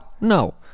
No